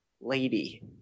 lady